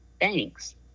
Thanks